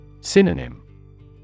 Synonym